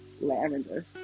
lavender